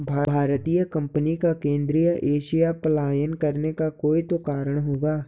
भारतीय कंपनी का केंद्रीय एशिया पलायन करने का कोई तो कारण होगा